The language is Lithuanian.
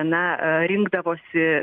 na aa rinkdavosi